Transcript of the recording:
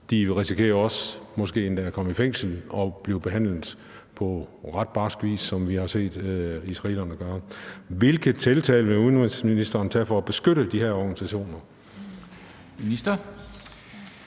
men de risikerer måske endda også at komme i fængsel og blive behandlet på ret barsk vis, som vi har set israelerne gøre. Hvilke tiltag vil udenrigsministeren tage for at beskytte de her organisationer?